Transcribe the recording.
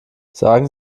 sagen